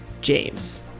James